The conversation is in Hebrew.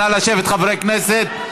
נא לשבת, חברי הכנסת.